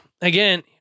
again